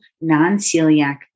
non-celiac